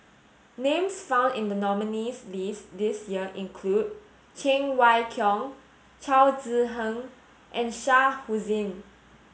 names found in the nominees' list this year include Cheng Wai Keung Chao Tzee and Shah Hussain